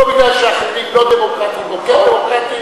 על זה, ואללה.